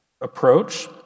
approach